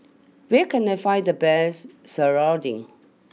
where can I find the best Serunding